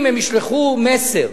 אם הם ישלחו מסר